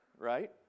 right